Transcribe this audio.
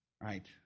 right